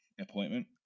appointment